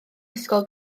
ysgol